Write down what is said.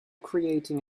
creating